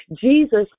Jesus